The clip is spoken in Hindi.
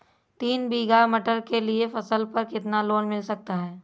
तीन बीघा मटर के लिए फसल पर कितना लोन मिल सकता है?